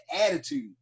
attitude